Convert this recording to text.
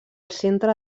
centre